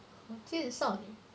火箭少女